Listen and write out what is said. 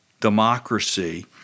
democracy—